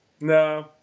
no